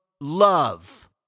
love